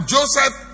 Joseph